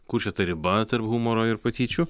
kur čia ta riba tarp humoro ir patyčių